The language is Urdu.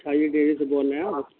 ہاں یہ ڈیری سے بول رہے ہیں آپ